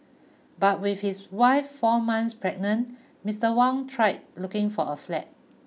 but with his wife four months pregnant Mister Wang tried looking for a flat